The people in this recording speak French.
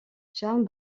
charles